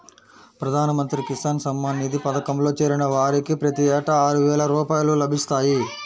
ప్రధాన మంత్రి కిసాన్ సమ్మాన్ నిధి పథకంలో చేరిన వారికి ప్రతి ఏటా ఆరువేల రూపాయలు లభిస్తాయి